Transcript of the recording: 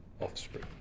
offspring